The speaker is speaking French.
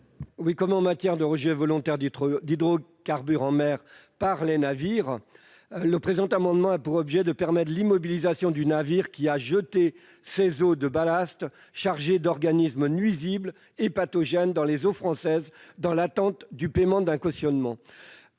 des mesures relatives aux rejets volontaires d'hydrocarbures en mer par les navires, nous proposons de permettre l'immobilisation d'un navire ayant jeté ses eaux de ballast chargées d'organismes nuisibles et pathogènes dans les eaux françaises, dans l'attente du paiement d'un cautionnement.